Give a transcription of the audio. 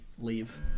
leave